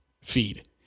feed